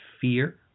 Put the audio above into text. fear